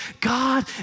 God